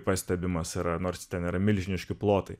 pastebimas yra nors ten yra milžiniški plotai